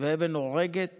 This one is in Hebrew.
ואבן הורגת